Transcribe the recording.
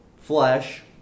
flesh